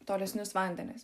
tolesnius vandenis